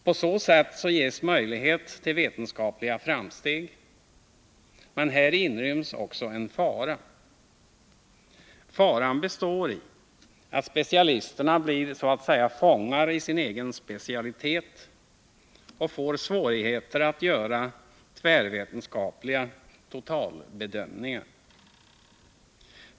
På så sätt ges möjlighet till vetenskapliga framsteg, men här inryms också en fara. Faran består i att specialisterna blir så att säga fångar i sin egen specialitet och får svårigheter att göra tvärvetenskapliga totalbedömningar.